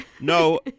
No